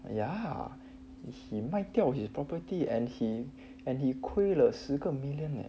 ya he 卖掉 his property and he and he 亏了十个 million leh